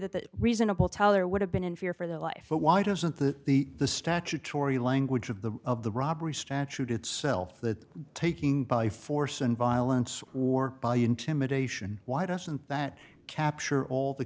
that that reasonable teller would have been in fear for their life but why doesn't the the the statutory language of the of the robbery statute itself that taking by force and violence war by intimidation why doesn't that capture all the